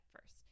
first